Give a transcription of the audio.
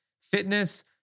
fitness